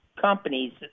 companies